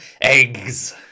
eggs